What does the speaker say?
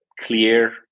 clear